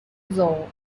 zoo